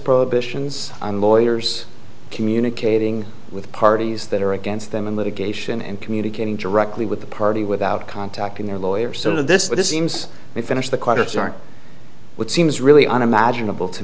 prohibitions on lawyers communicating with parties that are against them in litigation and communicating directly with the party without contacting their lawyer sort of this that it seems we finished the quarter start with seems really unimaginable to